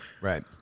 right